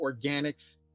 organics